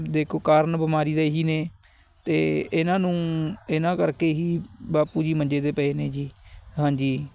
ਦੇਖੋ ਕਾਰਨ ਬਿਮਾਰੀ ਦੇ ਇਹੀ ਨੇ ਅਤੇ ਇਨ੍ਹਾਂ ਨੂੰ ਇਨ੍ਹਾਂ ਕਰਕੇ ਹੀ ਬਾਪੂ ਜੀ ਮੰਜੇ 'ਤੇ ਪਏ ਨੇ ਜੀ ਹਾਂਜੀ